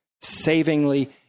savingly